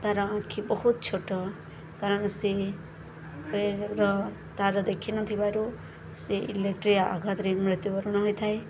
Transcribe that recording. ତା'ର ଆଖି ବହୁତ ଛୋଟ କାରଣ ସେ ର ତା'ର ଦେଖି ନ ଥିବାରୁ ସେ ଇଲେକ୍ଟ୍ରି ଆ ଆଘାତରେ ମୃତ୍ୟୁବରଣ ହୋଇଥାଏ